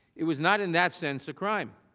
it was not in that sense a crime.